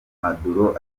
maduro